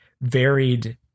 varied